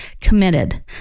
committed